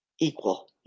equal